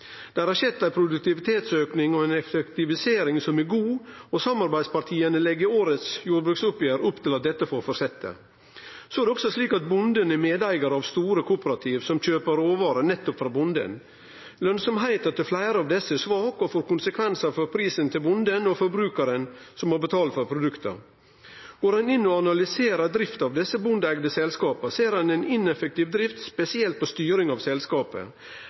i produktiviteten og ei effektivisering som er god, og samarbeidspartia legg i årets jordbruksoppgjer opp til at dette får fortsetje. Det er også slik at bonden er medeigar i store kooperativ som kjøper råvarer nettopp frå bonden. Lønsemda til fleire av desse er svak, og dette får konsekvensar for prisen til bonden og for forbrukaren som må betale for produkta. Går ein inn og analyserer drifta av desse bondeeigde selskapa, ser ein ei ineffektiv drift, spesielt i styringa av